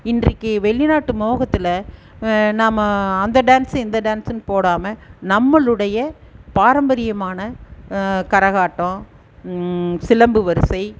இன்றைக்கு வெளிநாட்டு மோகத்தில் நாம் அந்த டான்ஸ் இந்த டான்ஸுன்னு போடாமல் நம்மளுடைய பாரம்பரியமான கரகாட்டம் சிலம்பு வரிசை